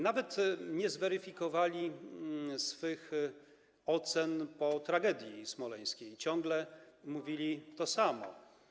Nawet nie zweryfikowali swych ocen po tragedii smoleńskiej, ciągle mówili to samo.